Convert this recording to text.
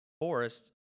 forests